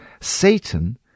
Satan